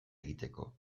egiteko